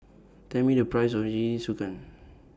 Tell Me The Price of Jingisukan